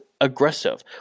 aggressive